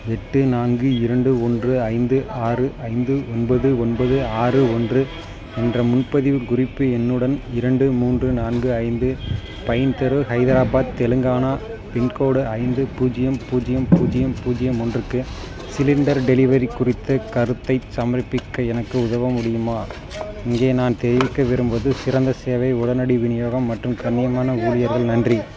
எட்டு நான்கு இரண்டு ஒன்று ஐந்து ஆறு ஐந்து ஒன்பது ஒன்பது ஆறு ஒன்று என்ற முன்பதிவுக் குறிப்பு எண்ணுடன் இரண்டு மூன்று நான்கு ஐந்து பைன் தெரு ஹைதராபாத் தெலுங்கானா பின்கோடு ஐந்து பூஜ்ஜியம் பூஜ்ஜியம் பூஜ்ஜியம் பூஜ்ஜியம் ஒன்றுக்கு சிலிண்டர் டெலிவரி குறித்தக் கருத்தைச் சமர்ப்பிக்க எனக்கு உதவ முடியுமா இங்கே நான் தெரிவிக்க விரும்புவது சிறந்த சேவை உடனடி விநியோகம் மற்றும் கண்ணியமான ஊழியர்கள் நன்றி